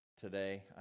today